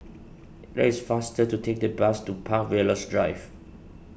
it is faster to take the bus to Park Villas Rise